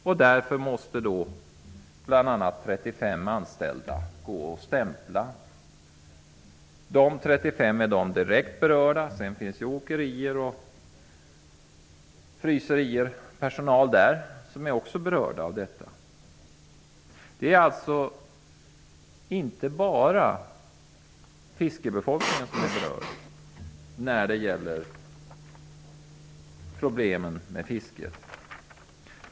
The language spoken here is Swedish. Av den anledningen måste 35 anställda stämpla, som är direkt berörda. Därutöver finns det personal på åkerier och fryserier som också berörs. Det är alltså inte bara fiskebefolkningen som berörs av problemen med fisket.